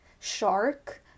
shark